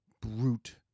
brute